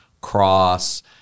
cross